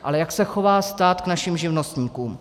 Ale jak se chová stát k našim živnostníkům?